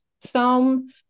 film